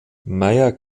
meyer